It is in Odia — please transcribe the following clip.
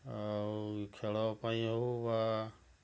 ଆଉ ଖେଳ ପାଇଁ ହେଉ ବା